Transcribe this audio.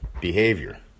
behavior